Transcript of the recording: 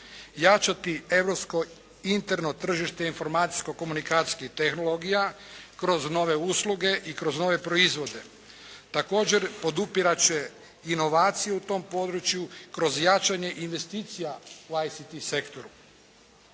jačati europsko interno tržište informacijsko-komunikacijskih tehnologija kroz nove usluge i kroz nove proizvode. Također, podupirat će inovaciju u tom području kroz jačanje investicija u ICT sektoru.